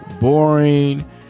boring